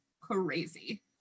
crazy